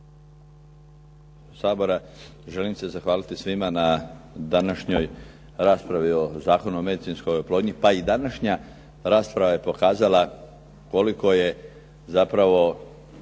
sabora. Želim se zahvaliti svima na današnjoj raspravi o Zakonu o medicinskoj oplodnji, pa i današnja rasprava je pokazala koliko je zapravo